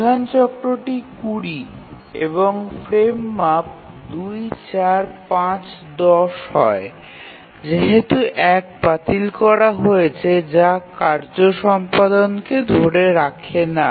প্রধান চক্রটি ২০ এবং ফ্রেম মাপ ২ ৪ ৫ ১০ হয় যেহেতু ১ বাতিল করা হয়েছে যা কার্য সম্পাদনকে ধরে রাখে না